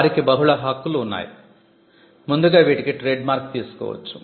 వారికి బహుళ హక్కులు ఉన్నాయి ముందుగా వీటికి ట్రేడ్మార్క్ తీసుకోవచ్చు